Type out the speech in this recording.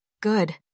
good